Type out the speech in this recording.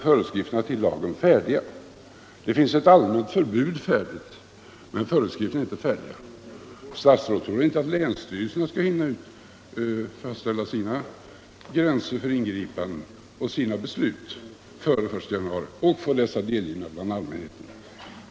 Föreskrifterna till lagen finns emellertid inte färdiga — endast ett allmänt förbud. Statsrådet tror väl inte att länsstyrelserna före den 1 januari 1976 skall hinna fastställa sina gränser för ingripande och få dessa delgivna allmänheten?